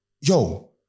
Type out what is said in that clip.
yo